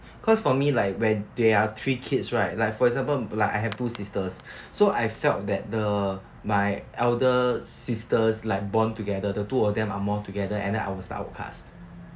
cause for me like when there are three kids right like for example like I have two sisters so I felt that the my elder sisters like bond together the two of them are more together and then I was the outcast